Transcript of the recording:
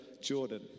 Jordan